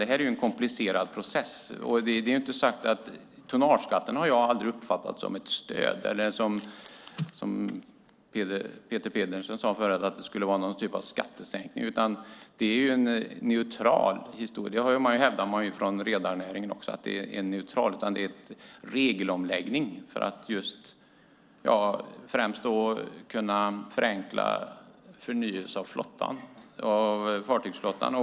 Det här är en komplicerad process. Jag har aldrig uppfattat tonnageskatten som ett stöd, eller någon typ av skattesänkning, som Peter Pedersen sade tidigare. Det är en neutral sak. Även redarnäringen hävdar att den är neutral. Det handlar om en regelomläggning för att framför allt kunna förenkla en förnyelse av fartygsflottan.